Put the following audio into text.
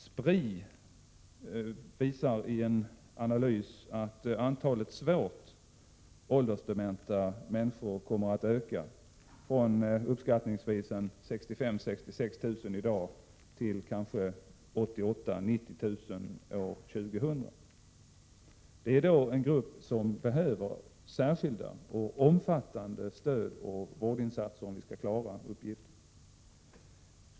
Spri visar i en analys att antalet svårt åldersdementa människor kommer att öka från dagens uppskattningsvis 65 000-66 000 till kanske 88 000-90 000 år 2000. Det är en grupp som behöver särskilda och omfattande stödoch vårdinsatser, om vi skall kunna klara uppgiften.